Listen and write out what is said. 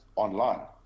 Online